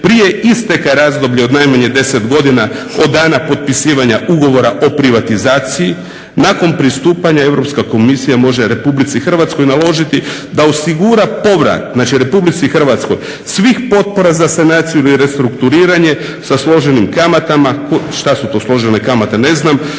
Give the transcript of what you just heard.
prije isteka razdoblja od najmanje 10 godina od dana potpisivanja ugovora o privatizaciji. Nakon pristupanja Europska komisija može Republici Hrvatskoj naložiti da osigura povrat, znači Republici Hrvatskoj, svih potpora za sanaciju ili restrukturiranje sa složenim kamatama, šta su to složene kamate ne znam,